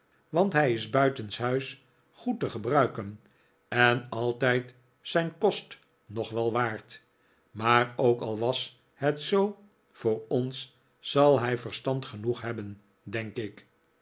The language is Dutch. want hij is buitenshuis goed te gebruiken en altijd zijn kost nog wel waard maar ook al was het zoo voor ons zal hij verstand genoeg hebben denk ik